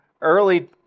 early